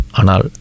anal